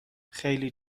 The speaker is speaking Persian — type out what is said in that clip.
خیلی